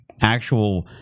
actual